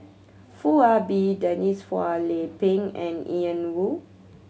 Foo Ah Bee Denise Phua Lay Peng and Ian Woo